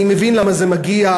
אני מבין למה זה מגיע,